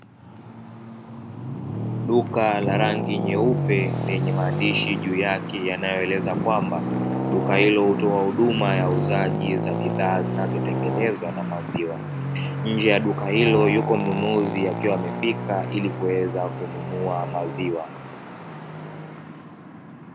Duka la rangi nyeupe lenye maandishi juu yake yanayoeleza kwamba duka hilo hutoa huduma ya uuzaji za bidhaa zinazotengenezwa na maziwa, nje ya duka hilo yupo mnunuzi akiwa amefika ili kuweza kununua maziwa.